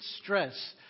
stress